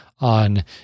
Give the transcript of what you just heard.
on